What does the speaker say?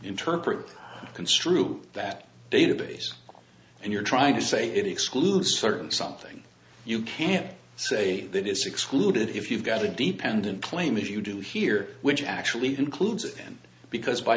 interpret construe that database and you're trying to say it excludes certain something you can't say that is excluded if you've got a deep end and claim if you do here which actually includes it because by